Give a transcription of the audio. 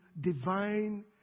divine